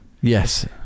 Yes